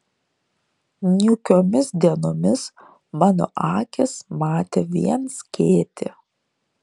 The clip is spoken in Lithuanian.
niūkiomis dienomis mano akys matė vien skėtį